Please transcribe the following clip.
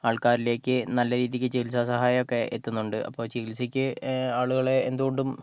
ആൾക്കാരിലേക്ക് നല്ല രീതിക്ക് ചികിത്സാ സഹായമൊക്കെ എത്തുന്നുണ്ട് അപ്പോൾ ചികിത്സക്ക് ആളുകളെ എന്ത് കൊണ്ടും